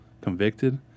convicted